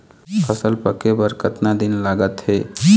फसल पक्के बर कतना दिन लागत हे?